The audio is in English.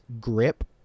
grip